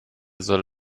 soll